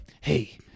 hey